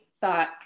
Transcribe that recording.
thought